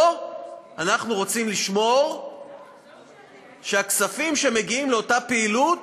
פה אנחנו רוצים לשמור שהכספים שמגיעים לאותה פעילות,